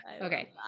Okay